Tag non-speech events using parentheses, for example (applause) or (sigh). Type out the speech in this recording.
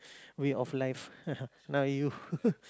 way of life (laughs) now you (laughs)